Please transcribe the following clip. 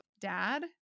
dad